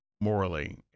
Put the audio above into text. morally